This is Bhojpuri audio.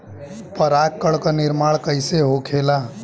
पराग कण क निर्माण कइसे होखेला?